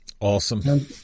Awesome